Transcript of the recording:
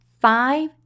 five